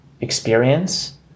experience